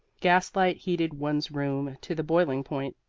gaslight heated one's room to the boiling point.